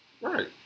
right